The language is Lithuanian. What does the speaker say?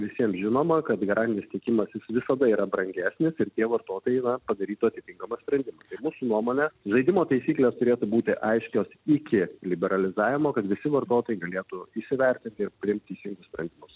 visiem žinoma kad garantinis tiekimas jis visada yra brangesnis ir tie vartotojai na padarytų atitinkamą sprendimą tai mūsų nuomone žaidimo taisyklės turėtų būti aiškios iki liberalizavimo kad visi vartotojai galėtų įsivertint ir priimt teisingus sprendimus